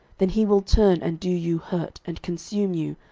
then he will turn and do you hurt, and consume you,